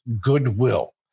goodwill